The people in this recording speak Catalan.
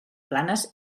planes